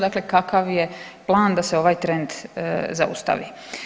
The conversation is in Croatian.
Dakle, kakav je plan da se ovaj trend zaustavi.